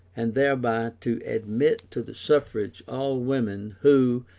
and thereby to admit to the suffrage all women who,